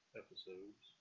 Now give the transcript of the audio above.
episodes